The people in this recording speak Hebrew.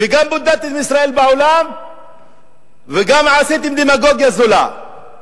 וגם בודדתם את ישראל בעולם וגם עשיתם דמגוגיה זולה.